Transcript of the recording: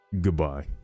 Goodbye